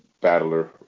battler